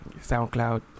SoundCloud